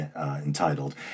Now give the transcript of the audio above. entitled